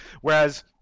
Whereas